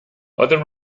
other